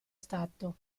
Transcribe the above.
stato